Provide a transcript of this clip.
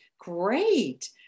great